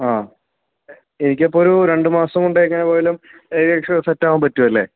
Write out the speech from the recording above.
ആ എനിക്ക് അപ്പോൾ ഒരു രണ്ടുമാസംകൊണ്ട് എങ്ങനെ പോയാലും ഏകദേശം സെറ്റ് ആവാൻ പറ്റുമല്ലേ